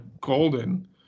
golden